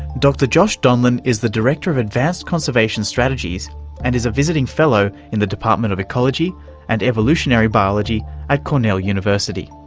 dr josh donlan is the director of advanced conservation strategies and is a visiting fellow in the department of ecology and evolutionary biology at cornell university.